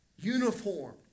uniform